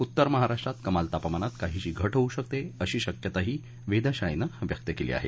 उत्तर महाराष्ट्रात कमाल तापमानात काहीशी घट होऊ शकते अशी शक्यताही वेधशाळेनं व्यक्त केली आहे